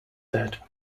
that